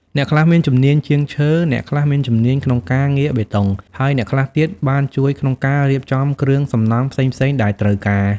អ្នកខ្លះមានជំនាញជាងឈើ អ្នកខ្លះមានជំនាញក្នុងការងារបេតុង ហើយអ្នកខ្លះទៀតបានជួយក្នុងការរៀបចំគ្រឿងសំណង់ផ្សេងៗដែលត្រូវការ។